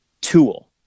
tool